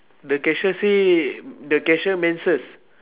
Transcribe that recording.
the cashier say the cashier menses